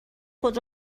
خود